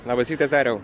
labas rytas dariau